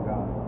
God